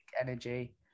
energy